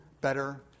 better